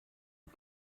die